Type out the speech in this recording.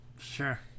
sure